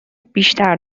بیشتر